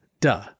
duh